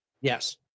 Yes